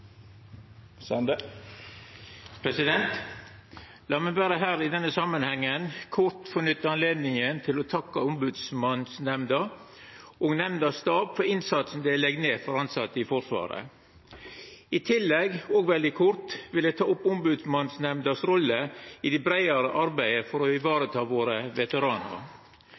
La meg i denne samanhengen kort få nytta anledninga til å takka Ombodsmannsnemnda og staben til nemnda for innsatsen dei legg ned for tilsette i Forsvaret. I tillegg, og veldig kort, vil eg ta opp Ombodsmannsnemndas rolle i det breiare arbeidet for å vareta våre veteranar.